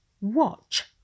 Watch